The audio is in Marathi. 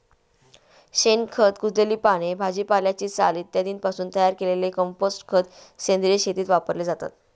शेणखत, कुजलेली पाने, भाजीपाल्याची साल इत्यादींपासून तयार केलेले कंपोस्ट खत सेंद्रिय शेतीत वापरले जाते